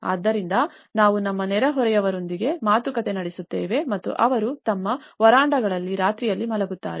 ಆದ್ದರಿಂದ ನಾವು ನಮ್ಮ ನೆರೆಹೊರೆಯವರೊಂದಿಗೆ ಮಾತುಕತೆ ನಡೆಸುತ್ತೇವೆ ಮತ್ತು ಅವರು ತಮ್ಮ ವರಾಂಡಾಗಳಲ್ಲಿ ರಾತ್ರಿಯಲ್ಲಿ ಮಲಗುತ್ತಾರೆ